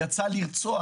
יצא לרצוח,